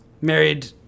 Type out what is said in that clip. married